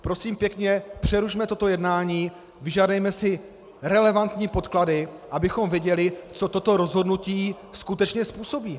Prosím pěkně, přerušme toto jednání, vyžádejme si relevantní podklady, abychom viděli, co toto rozhodnutí skutečně způsobí.